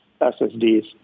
SSDs